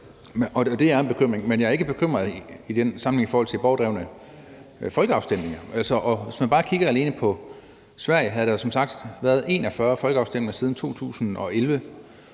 Det er en bekymring. Men jeg er ikke bekymret i forhold til borgerdrevne folkeafstemninger. Hvis man bare kigger på Sverige, kan man som sagt se, at der har været 41 folkeafstemninger siden 2011